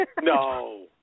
No